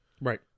Right